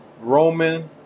Roman